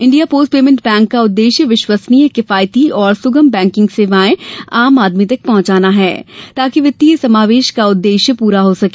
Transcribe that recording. India post payment bank का उद्देश्य विश्वस्नीय किफायती और सुगम बैंकिग सेवाएं आम आदमी तक पहुंचाना है ताकि वित्तीय समावेश का उद्देश्य पूरा हो सके